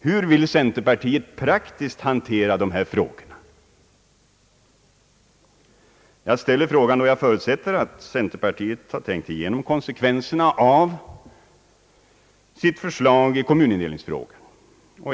Hur vill centerpartiet praktiskt hantera dessa frågor? Jag ställer frågan, då jag förutsätter att centerpartiet har tänkt igenom konsekvenserna av sitt förslag i kommunindelningsfrågan.